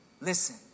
listen